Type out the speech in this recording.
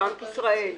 בנק ישראל,